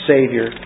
Savior